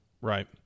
Right